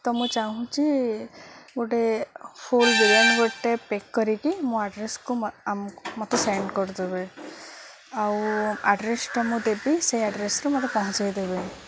ତ ମୁଁ ଚାହୁଁଛି ଗୋଟେ ଫୁଲ୍ ବିରିୟାନୀ ଗୋଟେ ପେକ୍ କରିକି ମୋ ଆଡ୍ରେସ୍କୁ ମତେ ସେଣ୍ଡ୍ କରିଦେବେ ଆଉ ଆଡ୍ରେସ୍ଟା ମୁଁ ଦେବି ସେହି ଆଡ଼୍ରେସ୍ରେ ମୋତେ ପହଞ୍ଚାଇଦେବେ